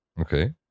Okay